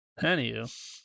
Anywho